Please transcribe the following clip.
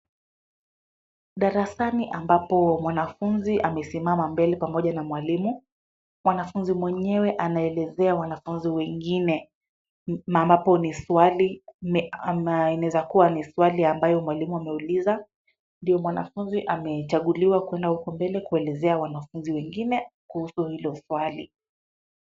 Darasani ambapo mwanafunzi amesimama mbele pamoja na mwalimu. Mwanafunzi mwenyewe anaelezea wanafunzi wengine ambapo ni swali, inaweza kuwa ni swali ambayo mwalimu ameuliza, ndio mwanafunzi amechaguliwa kwenda huko mbele kuelezea wanafunzi wengine kuhusu hilo swali.